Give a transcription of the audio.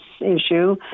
issue